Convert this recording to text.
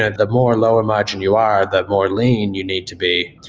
ah the more lower margin you are, the more lane you need to be.